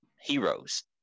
heroes